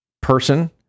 person